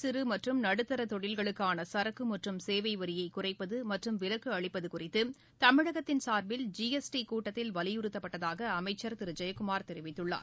சிறு மற்றும் நடுத்தர தொழில்களுக்கான சரக்கு மற்றும் சேவை வரியை குறைப்பது மற்றும் விலக்கு அளிப்பது குறித்து தமிழகத்தின் சார்பில் ஜி எஸ் டி கூட்டத்தில் வலியுறுத்தப்பட்டதாக அமைச்சர் திரு ஜெயக்குமார் தெரிவித்துள்ளார்